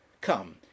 Come